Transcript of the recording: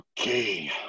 Okay